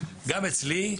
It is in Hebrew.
גם אצלי.